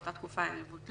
באותה תקופה הם בוטלו.